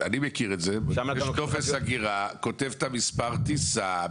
אני מכיר את זה בטופס הגירה כותב את מספר הטיסה,